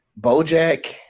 BoJack